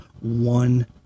one